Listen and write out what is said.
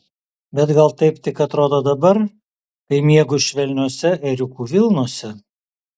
bet gal taip tik atrodo dabar kai miegu švelniose ėriukų vilnose